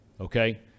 Okay